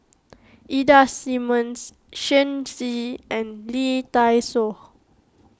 Ida Simmons Shen Xi and Lee Dai Soh